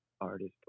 artist